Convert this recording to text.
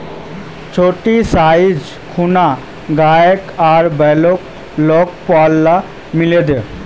छोटी जाइ खूना गाय आर बैल लाक पुआल मिलइ दे